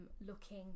looking